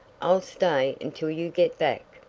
i'll stay until you get back.